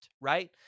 right